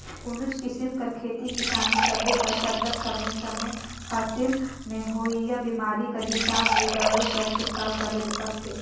कोनोच किसिम कर खेती किसानी करबे ता सरलग समे समे फसिल में होवइया बेमारी कर हिसाब ले दवई कर छिड़काव करे ले परथे